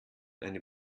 eine